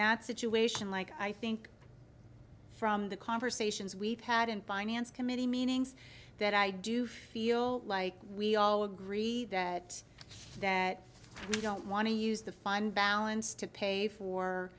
that situation like i think from the conversations we've had in finance committee meetings that i do feel like we all agree that i don't want to use the fund balance to pay for